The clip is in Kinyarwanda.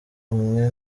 umwe